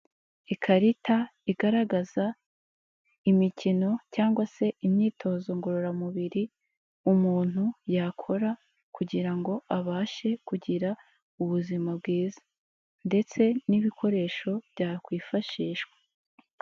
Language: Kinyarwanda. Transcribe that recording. Ikarita igaragaza imikino cyangwa se imyitozo ngororamubiri umuntu yakora, kugira ngo abashe kugira ubuzima bwiza. Ndetse n'ibikoresho byakwifashishwa.